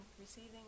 receiving